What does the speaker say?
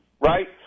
right